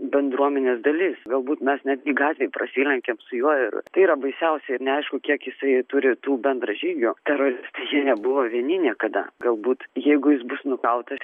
bendruomenės dalis galbūt mes netgi gatvėj prasilenkėm su juo ir tai yra baisiausiai neaišku kiek jisai turi tų bendražygių teroristai jie nebuvo vieni niekada galbūt jeigu jis bus nukautas